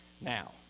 Now